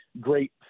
great